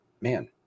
man